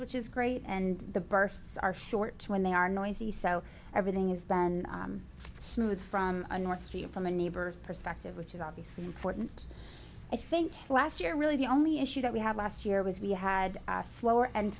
which is great and the bursts are short when they are noisy so everything is done smooth from a north street from a neighbor perspective which is obviously important i think last year really the only issue that we had last year was we had a slower